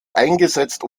eingesetzt